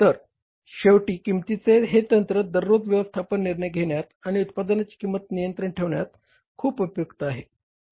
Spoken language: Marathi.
तर शेवटी किंमतीचे हे तंत्र दररोज व्यवस्थापन निर्णय घेण्यात आणि उत्पादनाची किंमत नियंत्रित ठेवण्यात खूप उपयुक्त आहे